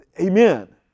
Amen